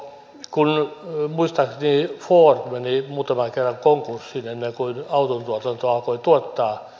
muistaakseni ford meni muutaman kerran konkurssiin ennen kuin autotuotanto alkoi tuottaa